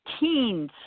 teens